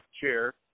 chair